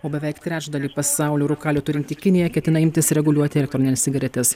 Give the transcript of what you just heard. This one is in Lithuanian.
o beveik trečdalį pasaulio rūkalių turinti kinija ketina imtis reguliuoti ir elektronines cigaretes